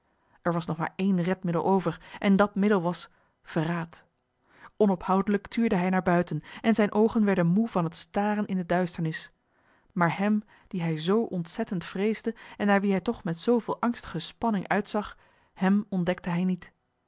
er was nog maar één redmiddel over en dat middel was verraad onophoudelijk tuurde hij naar buiten en zijne oogen werden moe van het staren in de duisternis maar hem dien hij zoo ontzettend vreesde en naar wien hij toch met zooveel angstige spanning uitzag hem ontdekte hij niet